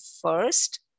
first